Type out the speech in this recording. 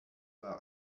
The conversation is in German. war